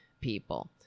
people